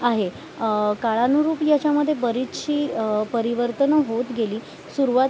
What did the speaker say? आहे काळानुरूप याच्यामध्ये बरीचशी परिवर्तनं होत गेली सुरुवा